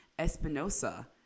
Espinosa